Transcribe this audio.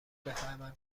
بفهمم